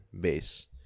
base